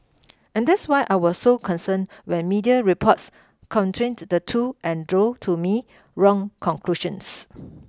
and that's why I was so concerned when media reports conflate the two and drew to me wrong conclusions